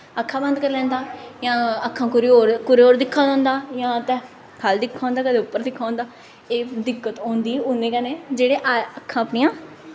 अक्खां बंद करी लैंदा जां अक्खां कुदै होर होर दिक्खां दा होंदा जां ख'ल्ल दिक्खा दा होंदा कदें उप्पर दिक्खां दा होंदा एह् दिक्कत होंदी उंदे कन्नै जेह्ड़े आ अक्खां अपनियां